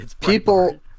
People